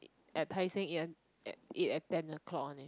at tai-seng ea~ eh eat at ten o'clock one leh